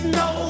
no